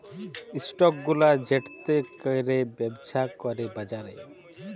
stock গুলা যেটতে ক্যইরে ব্যবছা ক্যরে বাজারে